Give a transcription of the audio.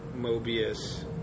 Mobius